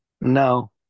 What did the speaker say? no